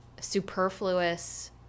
superfluous